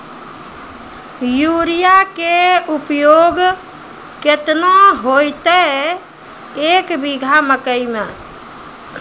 Urea के उपयोग केतना होइतै, एक बीघा मकई मे?